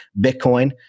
Bitcoin